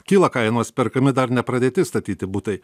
kyla kainos perkami dar nepradėti statyti butai